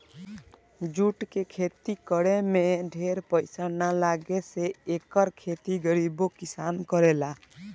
jute के खेती करे में ढेर पईसा ना लागे से एकर खेती गरीबो किसान करेला